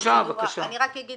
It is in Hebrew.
אני רק אגיד